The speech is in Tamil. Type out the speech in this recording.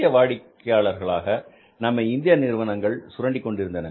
இந்திய வாடிக்கையாளர்களாக நம்மை இந்திய நிறுவனங்கள் சுரண்டி கொண்டிருந்தன